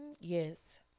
Yes